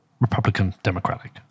Republican-Democratic